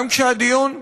גם כשהדיון,